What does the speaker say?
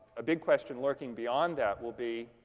a big question lurking beyond that will be